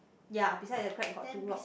ya beside the crab got two rocks